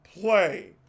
play